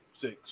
six